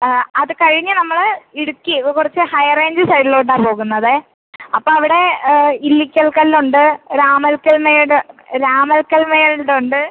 അത് കഴിഞ്ഞ് നമ്മൾ ഇടുക്കി കുറച്ച് ഹൈറേഞ്ച് സൈഡിലോട്ടാണ് പോകുന്നത് അപ്പോൾ അവിടെ ഇല്ലിക്കൽ കല്ല് ഉണ്ട് രാമക്കൽമേട് രാമക്കൽമേട് ഉണ്ട്